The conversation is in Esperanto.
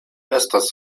estas